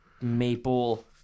maple